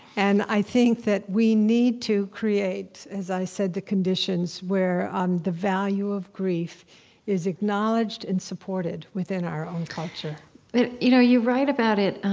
and i think that we need to create, as i said, the conditions where um the value of grief is acknowledged and supported within our own culture you know you write about it.